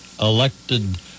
elected